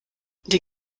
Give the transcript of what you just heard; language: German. die